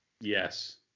Yes